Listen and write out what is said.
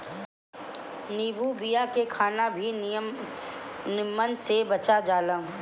नींबू पियला से खाना भी निमन से पच जाला